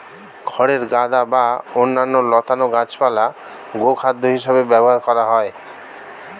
খড়ের গাদা বা অন্যান্য লতানো গাছপালা গোখাদ্য হিসেবে ব্যবহার করা হয়